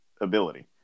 ability